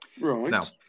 Right